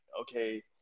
okay –